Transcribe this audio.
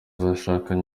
uzashaka